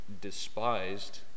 despised